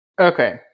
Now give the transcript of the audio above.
Okay